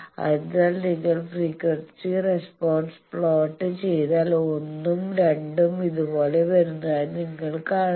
അതിനാൽ നിങ്ങൾ frequency response plot ചെയ്താൽ 1 ഉം 2 ഉം ഇതുപോലെ വരുന്നതായി നിങ്ങൾ കാണുന്നു